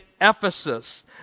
Ephesus